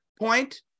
point